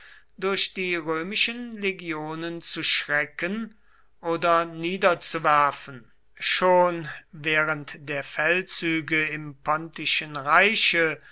durch die römischen legionen zu schrecken oder niederzuwerfen schon während der feldzüge im pontischen reiche